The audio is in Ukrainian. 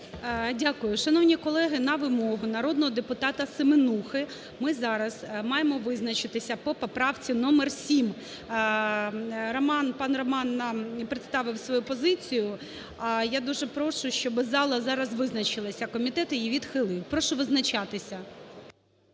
Дякую. Шановні колеги, на вимогу народного депутата Семенухи ми зараз маємо визначитися по поправці номер 7. Роман, пан Роман нам представив свою позицію. Я дуже прошу, щоби зала зараз визначилася. Комітет її відхилив. Прошу визначатися.